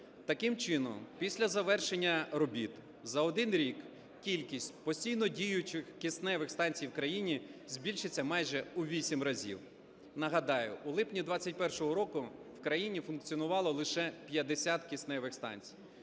Таким чином після завершення робіт за один рік кількість постійно діючих кисневих станцій в країні збільшиться майже у вісім разів. Нагадаю, у липні 2021 року в країні функціонувало лише 50 кисневих станцій,